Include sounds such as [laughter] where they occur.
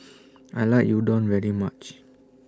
[noise] I like Udon very much